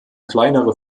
kleinere